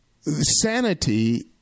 sanity